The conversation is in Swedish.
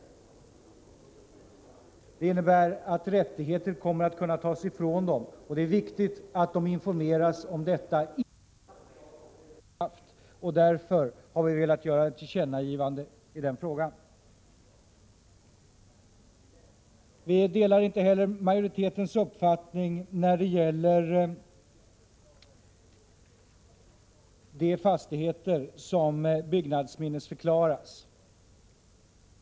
Rättigheter kommer att kunna tas ifrån dem, och det är viktigt att de informeras om detta innan lagen träder i kraft. Därför har vi velat göra ett tillkännagivande i den frågan. Vi delar inte heller majoritetens uppfattning när det gäller de fastigheter som byggnadsminnesförklaras.